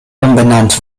umbenannt